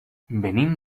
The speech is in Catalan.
venim